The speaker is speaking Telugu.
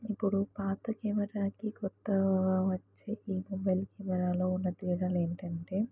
ఇప్పుడు పాత కెమెరాకి కొత్తగా వచ్చే ఈమొబైల్ కెమెరాలో ఉన్న తేడాాల ఏంటంటే